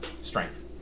Strength